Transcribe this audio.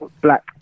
black